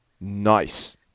Nice